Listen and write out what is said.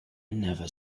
never